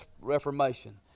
reformation